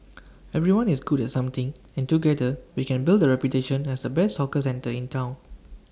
everyone is good at something and together we can build A reputation as the best hawker centre in Town